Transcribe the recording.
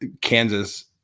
Kansas